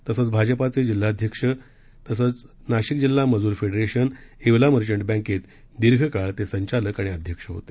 तसंच भाजपाचे जिल्हाध्यक्ष तसंच नाशिक जिल्हा मजूर फेडरेशन येवला मर्चंट बँकेत दीर्घकाळ ते संचालक आणि अध्यक्ष होते